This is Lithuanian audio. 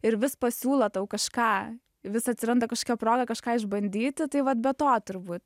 ir vis pasiūlo tau kažką vis atsiranda kažkokia proga kažką išbandyti tai vat be to turbūt